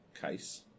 case